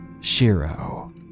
Shiro